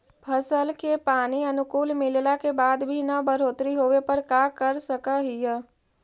फसल के पानी अनुकुल मिलला के बाद भी न बढ़ोतरी होवे पर का कर सक हिय?